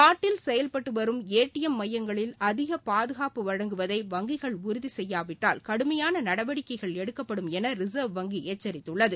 நாட்டில் செயல்பட்டு வரும் ஏடிஎம் மையங்களில் அதிக பாதுகாப்பு வழங்குவதை வங்கிகள் உறுதி செய்யாவிட்டால் கடுமையான நடவடிக்கைகள் எடுக்கப்படும் என ரிசர்வ் வங்கி எச்சரித்துள்ளது